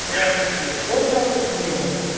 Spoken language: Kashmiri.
پُلاسٹِکو کٔژ نَلکہٕ چھِ لیٖک گژھان